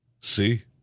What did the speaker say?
See